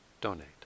donate